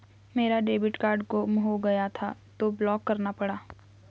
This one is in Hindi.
मेरा डेबिट कार्ड गुम हो गया था तो ब्लॉक करना पड़ा